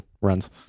runs